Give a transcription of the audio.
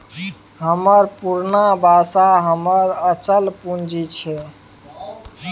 हमर पुरना बासा हमर अचल पूंजी छै